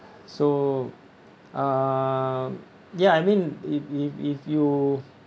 so um ya I mean if if if you